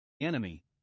Enemy